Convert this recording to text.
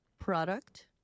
product